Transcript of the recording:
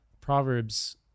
Proverbs